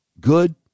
good